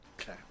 Okay